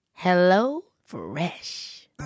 HelloFresh